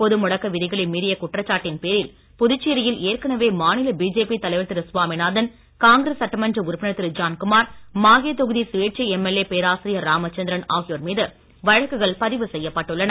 பொது முடக்க விதிகளை மீறிய குற்றச்சாட்டின் பேரில் புதுச்சேரியில் ஏற்கனவே மாநில பிஜேபி தலைவர் திரு சுவாமிநாதன் காங்கிரஸ் சட்டமன்ற உறுப்பினர் திரு ஜான்குமார் மாகே தொகுதி சுயேட்சை எம்எல்ஏ பேராசிரியர் ராமசந்திரன் ஆகியோர் மீது வழக்குகள் பதிவு செய்யப்பட்டுள்ளன